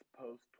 post